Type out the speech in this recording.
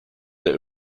der